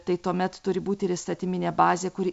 tai tuomet turi būti ir įstatyminė bazė kuri